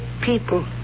people